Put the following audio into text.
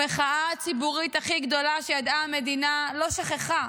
המחאה הציבורית הכי גדולה שידעה המדינה לא שככה,